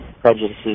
prejudices